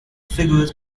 figures